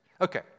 Okay